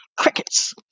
crickets